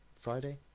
Friday